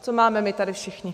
Co máme my tady všichni?